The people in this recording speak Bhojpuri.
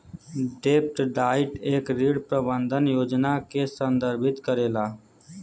डेब्ट डाइट एक ऋण प्रबंधन योजना के संदर्भित करेला